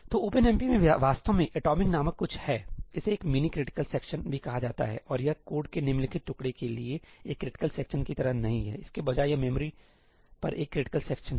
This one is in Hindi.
तो ओपनएमपी में वास्तव में एटॉमिक'atomic' नामक कुछ हैइसे एक मिनी क्रिटिकल सेक्शन भी कहा जाता हैऔर यह कोड के निम्नलिखित टुकड़े के लिए एक क्रिटिकल सेक्शन की तरह नहीं हैइसके बजाय यह मेमोरी लोकेशन पर एक क्रिटिकल सेक्शन है